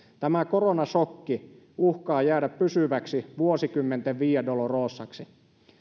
tämä koronasokki uhkaa jäädä pysyväksi vuosikymmenten via dolorosaksi